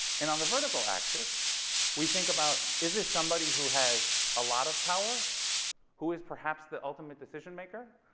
and on the vertical axis we think about is this somebody who has a lot of power who is perhaps the ultimate decision maker